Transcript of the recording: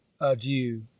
Adieu